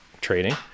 trading